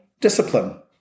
discipline